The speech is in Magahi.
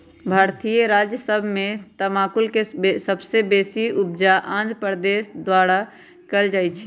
भारतीय राज्य सभ में तमाकुल के सबसे बेशी उपजा आंध्र प्रदेश द्वारा कएल जाइ छइ